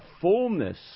fullness